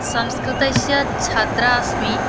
संस्कृतस्य छात्रा अस्मि